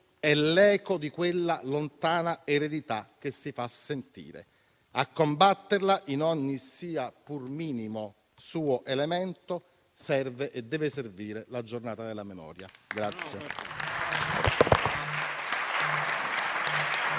è l'eco di quella lontana eredità che si fa sentire. A combatterla in ogni sia pur minimo suo elemento serve e deve servire la Giornata della Memoria.